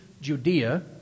Judea